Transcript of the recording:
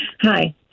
Hi